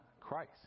Christ